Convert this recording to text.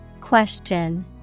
Question